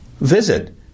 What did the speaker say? Visit